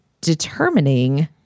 determining